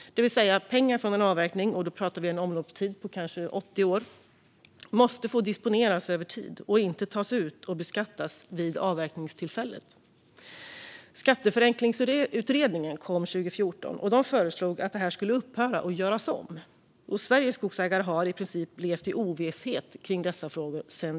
Det innebär att pengar från en avverkning - och då pratar vi om en omloppstid på kanske 80 år - måste få disponeras över tid och inte tas ut och beskattas vid avverkningstillfället. Skatteförenklingsutredningen kom 2014, och där föreslogs att detta skulle upphöra och göras om. Sedan dess har Sveriges skogsägare i princip levt i ovisshet kring dessa frågor.